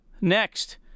next